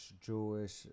Jewish